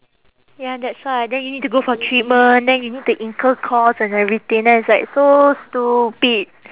ya that's why then you need to go for treatment then you need to incur cost and everything then it's like so stupid